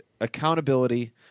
accountability